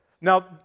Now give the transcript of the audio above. Now